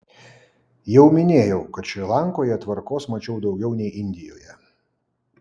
jau minėjau kad šri lankoje tvarkos mačiau daugiau nei indijoje